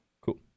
Cool